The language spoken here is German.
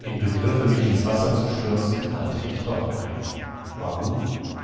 im begriffe mich in's wasser zu stürzen halte ich doch ein warum